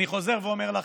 אני חוזר ואומר לכם,